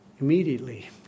Immediately